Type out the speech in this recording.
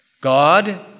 God